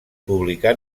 publicà